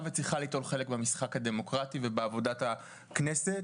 וצריכה ליטול חלק במשחק הדמוקרטי ובעבודת הכנסת.